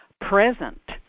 present